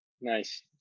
Nice